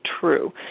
true